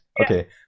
Okay